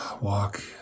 walk